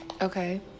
Okay